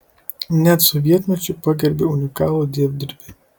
net sovietmečiu pagerbė unikalų dievdirbį